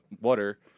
water